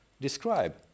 describe